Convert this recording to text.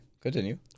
continue